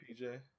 PJ